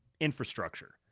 infrastructure